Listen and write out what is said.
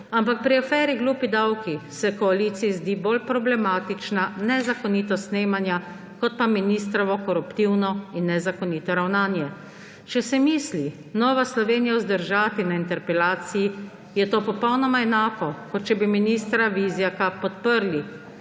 Ampak pri aferi »glupi davki« se koaliciji zdi bolj problematična nezakonitost snemanja kot pa ministrovo koruptivno in nezakonito ravnanje. Če se misli Nova Slovenija vzdržati na interpelaciji, je to popolnoma enako, kot če bi ministra Vizjaka podprli.